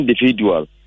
individual